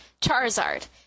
Charizard